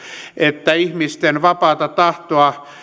että ihmisten vapaata tahtoa